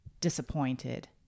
disappointed